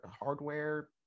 hardware